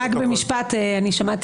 נאפשר